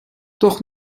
doch